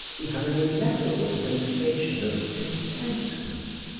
he had an ineffable sensation of contentment,